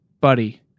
buddy